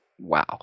wow